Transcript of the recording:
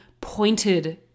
pointed